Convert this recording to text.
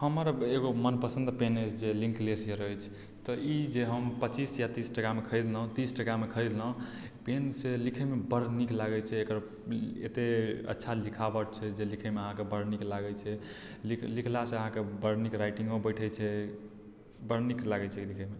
हमर एगो मनपसन्द पेन अछि जे इंकलेस जे रहै छै तऽ ई जे हम पचीस या तीस टकामे खरीदलहुँ पेन से लिखैमे बड़ नीक लागैछै एकर एते अच्छा लिखावट छै जे लिखैमे अहाँकेँ बड़ नीक लागै छै लिखलासे अहाँकेँ बड़ नीक राईटिंगो बैठे छै बड़ नीक लागै छै लिखैमे